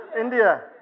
India